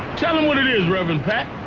it is, reverend pat.